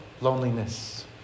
loneliness